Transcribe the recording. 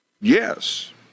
Yes